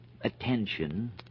attention